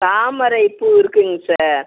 தாமரைப்பூ இருக்குங்க சார்